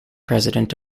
president